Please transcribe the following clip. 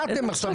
מה אתם עכשיו,